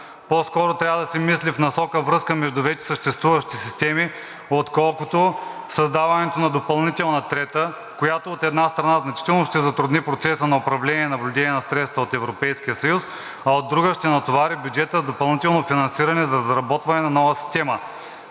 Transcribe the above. По-скоро трябва да се мисли в насока връзка между вече съществуващи системи, отколкото създаването на допълнителна трета, която, от една страна, значително ще затрудни процеса на управление и наблюдение на средства от Европейския съюз, а от друга, ще натовари бюджета с допълнително финансиране за разработване на нова система.